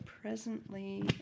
presently